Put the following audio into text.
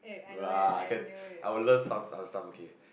no lah I can I will learn some some some okay